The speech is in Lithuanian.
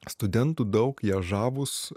studentų daug jie žavūs